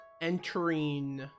entering